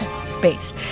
space